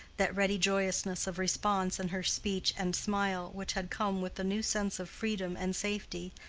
that ready joyousness of response in her speech and smile, which had come with the new sense of freedom and safety,